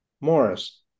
Morris